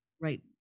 right